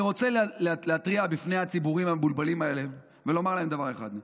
אני רוצה להתריע בפני הציבורים המבולבלים האלה ולומר להם דבר אחד: